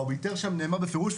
באוביטר שם נאמר בפירוש,